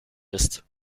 ist